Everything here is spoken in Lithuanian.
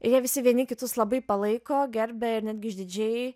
ir jie visi vieni kitus labai palaiko gerbia ir netgi išdidžiai